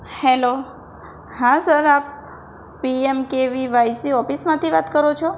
hello હા sir આપ PM KVYC ઓફિસમાંથી વાત કરો છો